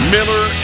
Miller